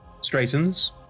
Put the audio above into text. straightens